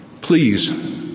Please